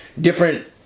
different